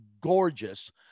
gorgeous